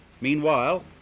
Meanwhile